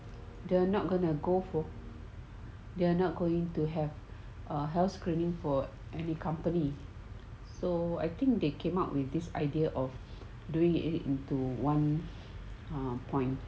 they're not going to go for they are not going to have a health screening for any company so I think they came up with this idea of doing it it into one point